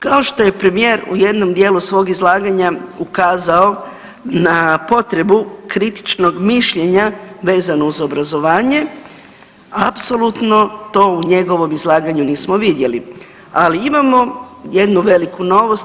Kao što je premijer u jednom dijelu svog izlaganja ukazao na potrebu kritičnog mišljenja vezano uz obrazovanje, apsolutno to u njegovom izlaganju nismo vidjeli, ali imamo jednu veliku novost.